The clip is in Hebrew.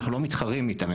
אנחנו לא מתחרים איתם,